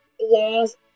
laws